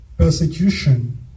Persecution